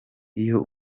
iyo